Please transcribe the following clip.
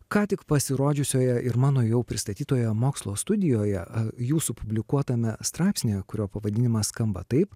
ką tik pasirodžiusioje ir mano jau pristatytoje mokslo studijoje jūsų publikuotame straipsnyje kurio pavadinimas skamba taip